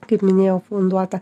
kaip minėjau funduotą